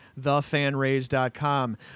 theFanraise.com